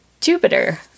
Jupiter